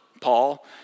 Paul